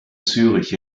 zürich